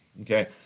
Okay